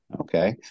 Okay